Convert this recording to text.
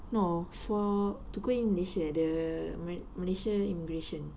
no for to go in malaysia the malaysia immigration